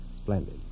Splendid